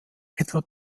etwa